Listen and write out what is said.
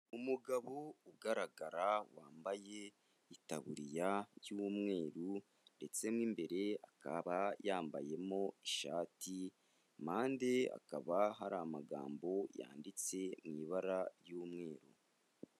Umugabo ugaragara wambaye itaburiya y'umweru ndetse n'imbere akaba yambayemo ishati impande hakaba hari amagambo yanditse mu ibara ry'umweru.